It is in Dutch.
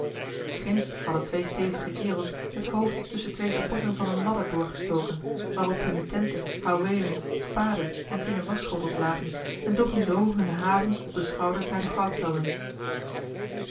ginds hadden twee stevige kerels het hoofd tusschen twee sporten van een ladder door gestoken waarop hunne tenten houweelen spaden en tinnen waschschotels lagen en droegen zoo hunne have op de schouders naar de